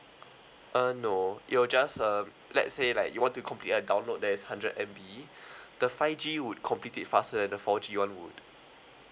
uh no it will just uh let's say like you want to complete a download that is hundred M_B the five G would complete it faster than the four G [one] would